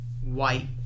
white